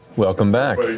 welcome back,